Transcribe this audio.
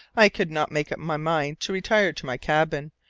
i could not make up my mind to retire to my cabin,